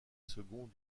seconds